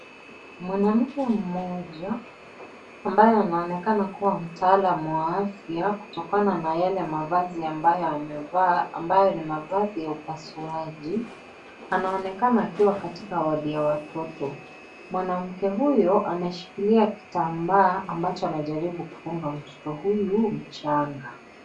Mwanamke mmoja ambaye anaonekana kuwa mtaalam wa afya kutokana na yale mavazi yale amevaa ambayo ni mavazi ya upasuaji anaonekana akiwa katika wodi ya watoto, mwanamke huyo ameshikilia kitambaa ambacho anajaribu kufunga mtoto huyu mchanga.